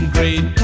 Great